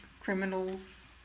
criminals